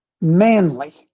manly